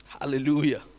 Hallelujah